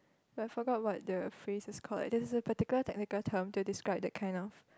but forgot what the phrases called there is a particular technical term to describe that kind of